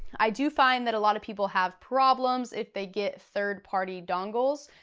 i do find that a lot of people have problems if they get third-party dongles,